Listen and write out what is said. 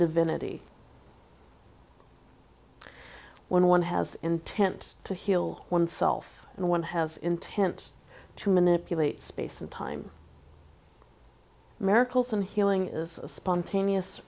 divinity when one has intent to heal oneself one has intent to manipulate space and time miracles and healing is a spontaneous